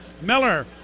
Miller